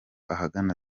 ahagana